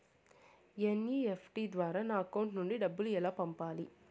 NEFT ద్వారా నా account నుండి డబ్బులు ఎలా పంపాలి